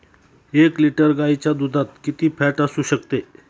एक लिटर गाईच्या दुधात किती फॅट असू शकते?